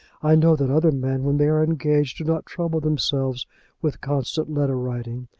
i know that other men when they are engaged do not trouble themselves with constant letter-writing.